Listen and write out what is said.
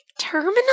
Terminal